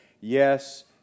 yes